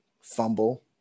fumble